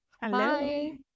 Hello